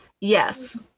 Yes